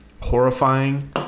horrifying